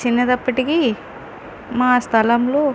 చిన్నది అయినప్పటికీ మా స్థలంలో